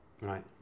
Right